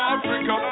Africa